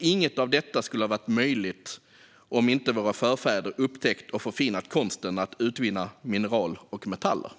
Inget av detta skulle ha varit möjligt om inte våra förfäder upptäckt och förfinat konsten att utvinna mineral och metaller.